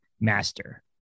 master